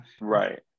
Right